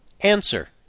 answer